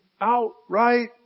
outright